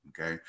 okay